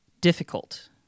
difficult